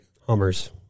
Hummers